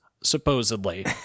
supposedly